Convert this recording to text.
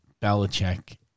Belichick